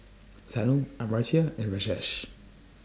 Sanal Amartya and Rajesh